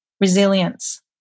resilience